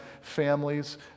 families